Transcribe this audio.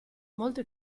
molto